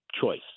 choice